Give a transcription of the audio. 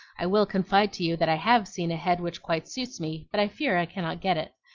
i will confide to you that i have seen a head which quite suits me but i fear i cannot get it.